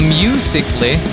musically